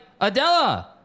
Adela